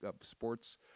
sports